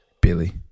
Billy